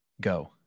go